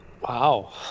Wow